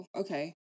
okay